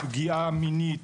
פגיעה מינית,